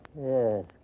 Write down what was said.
Yes